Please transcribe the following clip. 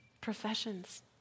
professions